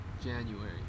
January